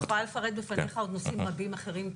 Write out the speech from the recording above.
אני יכולה לפרט בפניך עוד נושאים רבים אחרים,